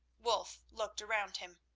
wulf looked round him.